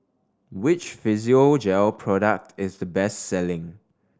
which Physiogel product is the best selling